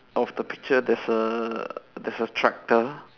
of the picture there's a there's a tractor